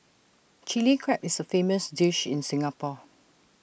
Chilli Crab is A famous dish in Singapore